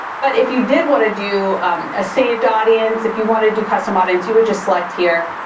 but if you did wanna do a saved audience, if you wanna do custom audience, you would just select here,